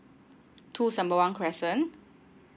two sembawang crescent